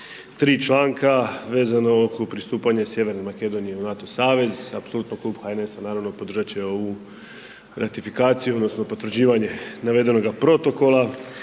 3 članka vezano oko pristupanja i sjeverne Makedonije u NATO savez, apsolutno Klub HNS-a naravno podržat će ovu ratifikaciju odnosno potvrđivanje navedenoga protokola,